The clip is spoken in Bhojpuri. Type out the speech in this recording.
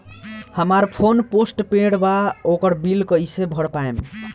हमार फोन पोस्ट पेंड़ बा ओकर बिल कईसे भर पाएम?